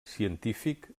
científic